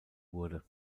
wurde